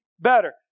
better